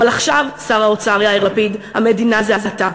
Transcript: אבל עכשיו, שר האוצר יאיר לפיד, המדינה זה אתה.